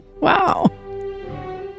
Wow